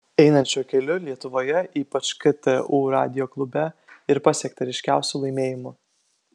einant šiuo keliu lietuvoje ypač ktu radijo klube ir pasiekta ryškiausių laimėjimų